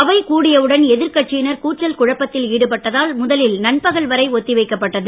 அவை கூடியவுடன் எதிர் கட்சியினர் கூச்சல் குழப்பத்தில் ஈடுபட்டதால் முதலில் நண்பகல் வரை ஒத்திவைக்கப் பட்டது